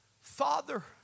Father